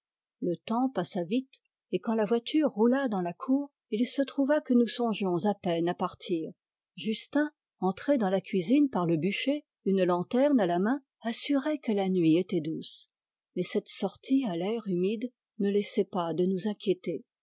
le temps passa vite et quand la voiture roula dans la cour il se trouva que nous songions à peine à partir justin entré dans la cuisine par le bûcher une lanterne à la main assurait que la nuit était douce mais cette sortie à l'air humide ne laissait pas de nous inquiéter